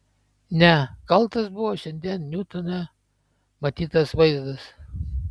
ne kaltas buvo šiandien niutone matytas vaizdas